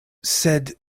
sed